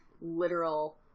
literal